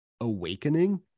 awakening